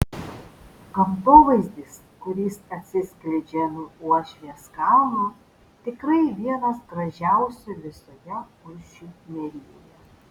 gamtovaizdis kuris atsiskleidžia nuo uošvės kalno tikrai vienas gražiausių visoje kuršių nerijoje